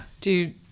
dude